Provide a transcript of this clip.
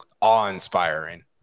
awe-inspiring